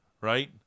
right